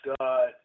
God